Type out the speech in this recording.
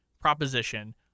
proposition